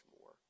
more